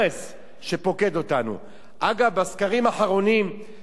אגב, בסקרים האחרונים מדינת ישראל מובילה,